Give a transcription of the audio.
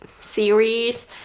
series